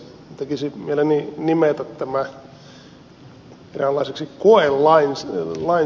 tekisi mieleni nimetä tämä eräänlaiseksi koelainsäädännöksi